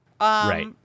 Right